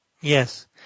Yes